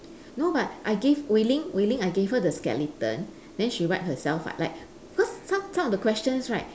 no but I gave wei-ling wei-ling I gave her the skeleton then she write herself [what] like because some some of the questions right